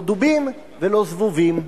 לא דובים ולא זבובים.